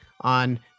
on